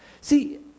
See